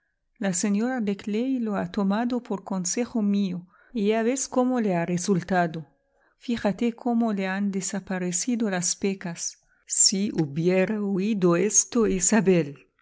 la señora de clay lo ha tomado por consejo mío y ya ves cómo le ha resultado fíjate cómo le han desaparecido las pecas si hubiera oído esto